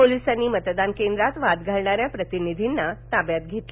पोलिसांनी मतदान केंद्रात वाद घालणाऱ्या प्रतिनिधींना ताब्यात घेतलं